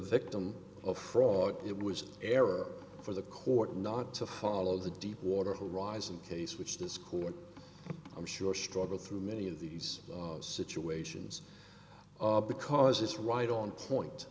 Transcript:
victim of fraud it was an error for the court not to follow the deepwater horizon case which this court i'm sure struggle through many of these situations because it's right on point